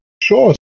Sure